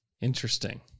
Interesting